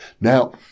Now